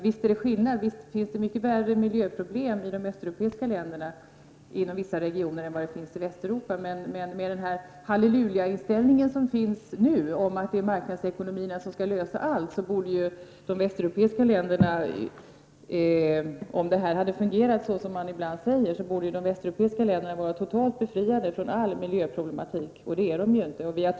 Visst finns det mycket värre miljöproblem inom vissa regioner i de östeuropeiska länderna än vad det finns i Västeuropa, men nu råder det ju en hallelujainställning att marknadsekonomin skall lösa alla problem. Om det fungerade så som man ibland säger, borde de västeuropeiska länderna ha varit totalt befriade från miljöproblematik, men så är det ju inte.